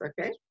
okay